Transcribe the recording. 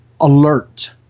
alert